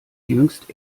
jüngst